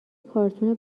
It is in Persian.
کارتون